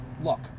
look